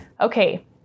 Okay